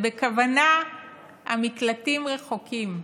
ובכוונה המקלטים רחוקים.